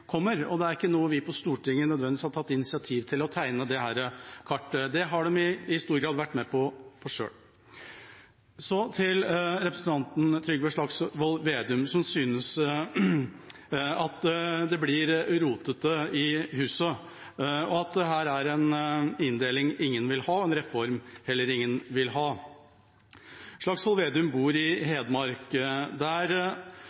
kommer. Det er ikke vi på Stortinget som nødvendigvis har tatt initiativ til å tegne dette kartet. Det har de i stor grad vært med på selv. Til representanten Trygve Slagsvold Vedum, som synes at det blir rotete i huset, og at dette er en inndeling ingen vil ha, og en reform heller ingen vil ha. Slagsvold Vedum bor i